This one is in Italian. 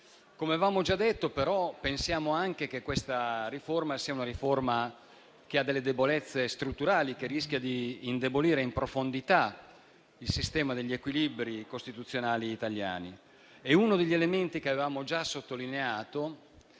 Come avevamo già detto, però, pensiamo anche che questa riforma presenti debolezze strutturali che rischiano di indebolire in profondità il sistema degli equilibri costituzionali italiani. Uno degli elementi che avevamo già sottolineato